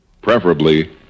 preferably